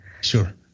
Sure